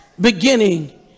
beginning